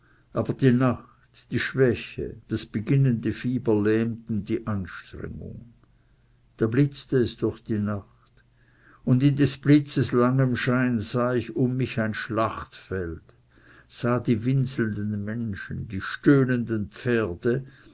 aber die nacht die schwäche das beginnende fieber lähmte die anstrengung da blitzte es durch die nacht und in des blitzes langem scheine sah ich um mich ein schlachtfeld sah die winselnden menschen die stöhnenden pferde